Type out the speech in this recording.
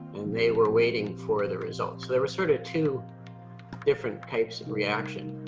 and they were waiting for the results so there were sort of two different types of reaction.